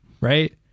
right